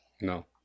No